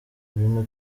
ibintu